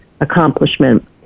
accomplishment